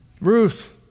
Ruth